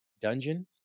dungeon